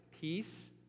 peace